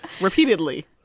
repeatedly